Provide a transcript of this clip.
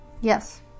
Yes